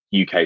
uk